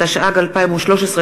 התשע"ג 2013,